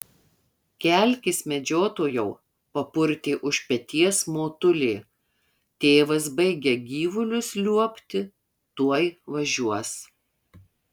kelkis medžiotojau papurtė už peties motulė tėvas baigia gyvulius liuobti tuoj važiuos